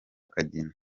kagina